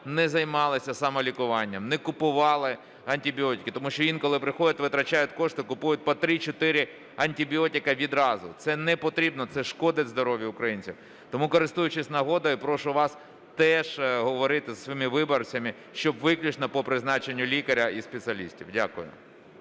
не займалися самолікуванням, не купували антибіотики. Тому що інколи приходять і витрачають кошти, купують по 3-4 антибіотика відразу. Це непотрібно, це шкодить здоров'ю українців. Тому, користуючись нагодою, прошу вас теж говорити зі своїми виборцями, щоб виключно по призначенню лікаря і спеціалістів. Дякую.